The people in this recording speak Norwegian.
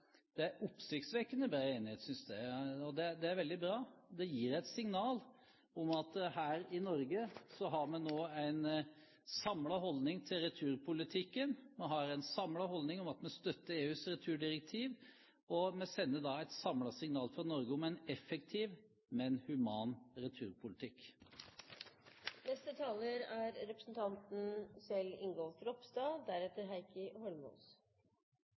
Det er oppsiktsvekkende bred enighet, synes jeg. Det er veldig bra. Det gir et signal om at her i Norge har vi nå en samlet holdning til returpolitikken. Vi har en samlet holdning om at vi støtter EUs returdirektiv, og vi sender da et signal om at vi står samlet om en effektiv, men human returpolitikk. Kristeleg Folkeparti er